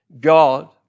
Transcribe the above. God